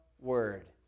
word